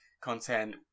content